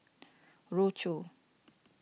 Rochor